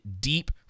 deep